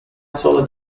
solid